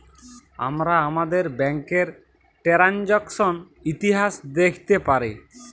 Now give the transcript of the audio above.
আমরা আমাদের ব্যাংকের টেরানযাকসন ইতিহাস দ্যাখতে পারি